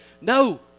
no